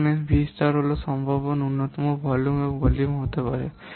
যেখানে V star হল সম্ভাব্য ন্যূনতম ভলিউম এবং ভলিউম হতে পারে